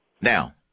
Now